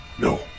No